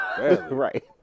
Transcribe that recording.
Right